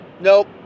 nope